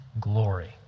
glory